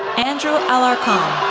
andrew alarcon,